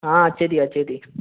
हा अचे थी अचे थी